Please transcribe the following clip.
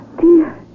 dear